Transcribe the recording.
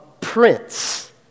prince